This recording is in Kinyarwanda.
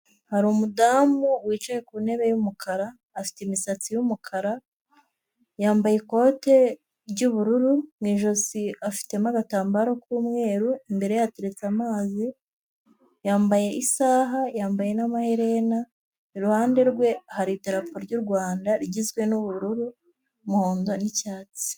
Hari umudamu wicaye ku ntebe y'umukara, afite imisatsi y'umukara, yambaye ikote ry'ubururu mu ijosi afitemo agatambaro k'umweru, imbere ye hateretse amazi, yambaye isaha, yambaye n'amaherena, iruhande rwe hari idarapo ry' u Rwanda rigizwe n'ubururu, umuhondo n'icyatsi.